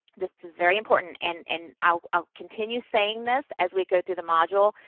this is very important. and, and i'll i'll continue saying this as we go through the module.